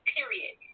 Period